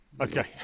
Okay